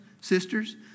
sisters